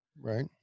right